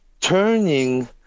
turning